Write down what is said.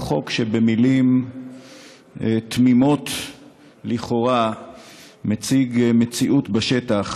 הוא חוק שבמילים תמימות לכאורה מציג מציאות בשטח